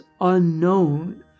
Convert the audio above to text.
unknown